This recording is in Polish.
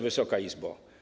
Wysoka Izbo!